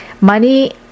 Money